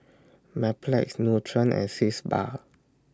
Mepilex Nutren and Sitz Bath